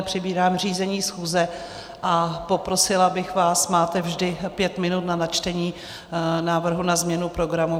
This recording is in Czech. Přebírám řízení schůze a poprosila bych vás, máte vždy pět minut na načtení návrhu na změnu programu.